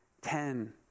ten